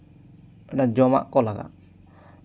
ᱚᱱᱮ ᱡᱚᱢᱟᱜ ᱠᱚ ᱞᱟᱜᱟᱜᱼᱟ